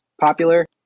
popular